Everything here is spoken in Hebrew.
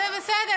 זה בסדר,